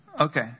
okay